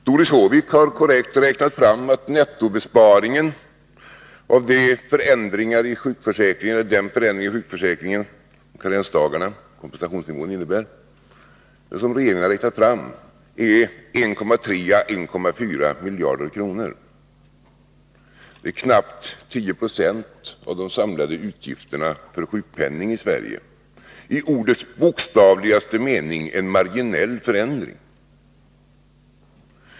Doris Håvik har korrekt räknat fram att nettobesparingen av den förändring i sjukförsäkringen som karensdagarna och kompensationsnivån innebär är 1,3 å 1,4 miljarder. Det är knappt 10 96 av de samlade utgifterna för sjukpenningen i Sverige, i ordets bokstavligaste mening en marginell förändring.